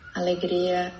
alegria